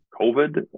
COVID